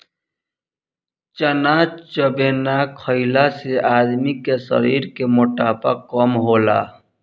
चना चबेना खईला से आदमी के शरीर के मोटापा कम होला